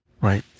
right